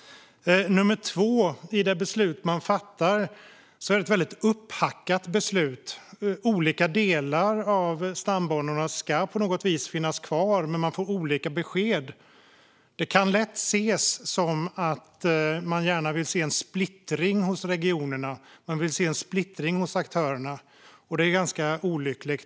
Det andra är att det beslut man fattar är ett väldigt upphackat beslut. Olika delar av stambanorna ska på något vis finnas kvar, men man ger olika besked. Det kan lätt ses som att man gärna vill se en splittring hos regionerna och aktörerna. Det är ganska olyckligt.